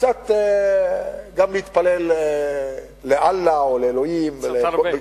וקצת גם להתפלל לאללה או לאלוהים, קצת הרבה.